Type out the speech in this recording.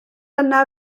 yna